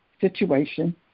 situation